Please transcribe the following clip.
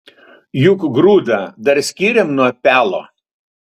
juk grūdą dar skiriam nuo pelo